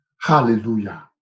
Hallelujah